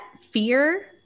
fear